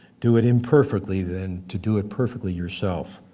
do it imperfectly than to do it perfectly yourself.